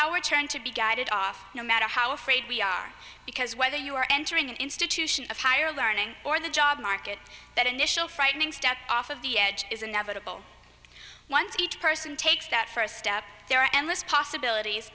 our turn to be guided off no matter how afraid we are because whether you are entering an institution of higher learning or the job market that initial frightening step off of the edge is inevitable once each person takes that first step there are endless possibilities